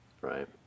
Right